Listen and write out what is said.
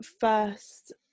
first